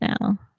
now